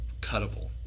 cuttable